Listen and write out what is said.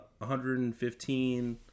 115